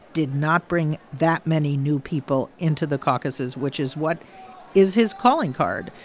did not bring that many new people into the caucuses, which is what is his calling card.